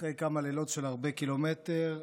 אחרי כמה לילות של קילומטרים רבים,